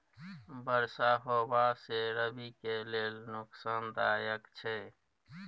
बरसा होबा से रबी के लेल नुकसानदायक छैय?